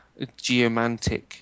geomantic